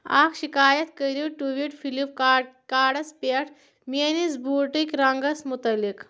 اکھ شِکایت کَرو ٹویٹ فِلپ کا کاڈس پٮ۪ٹھ میٲنِس بوٗٹٕکۍ رنٛگَس مُتعلِق